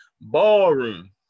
ballroom